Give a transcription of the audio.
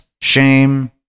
shame